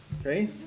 Okay